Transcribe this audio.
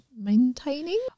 maintaining